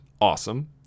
awesome